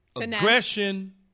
aggression